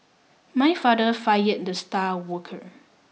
my father fired the star worker